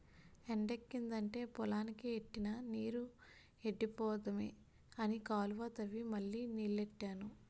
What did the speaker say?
ఎండెక్కిదంటే పొలానికి ఎట్టిన నీరు ఎండిపోద్దేమో అని కాలువ తవ్వి మళ్ళీ నీల్లెట్టాను